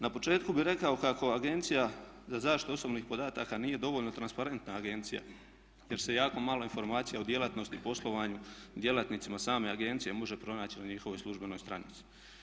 Na početku bi rekao kako Agencija za zaštitu osobnih podataka nije dovoljno transparentna agencija jer se jako malo informacija o djelatnosti, poslovanju djelatnicima same agencije može pronaći na njihovoj službenoj stranici.